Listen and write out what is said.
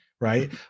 right